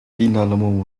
finalement